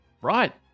right